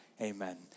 Amen